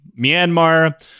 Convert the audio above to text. Myanmar